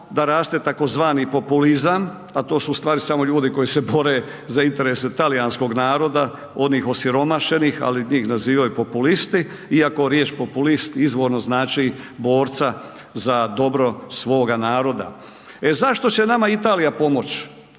da raste tzv. populizam a to su ustvari samo ljudi koji se bore za interese talijanskog naroda, onih osiromašenih ali njih nazivaju populisti iako riječ populist izborno znači borca za dobro svoga naroda. E zašto će nama Italija pomoć?